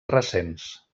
recents